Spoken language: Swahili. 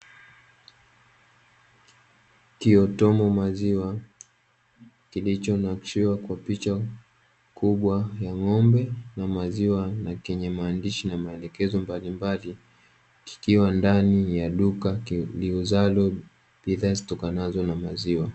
Kiotomo maziwa kilichonakshiwa kwa picha kubwa ya ng'ombe na maziwa na kenye maandishi na maelekezo mbalimbali. Kikiwa ndani ya duka liuzalo bidhaa zitokanazo na maziwa.